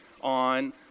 on